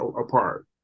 apart